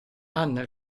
anna